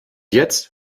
jetzt